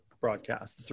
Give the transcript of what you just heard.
broadcast